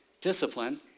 discipline